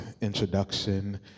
introduction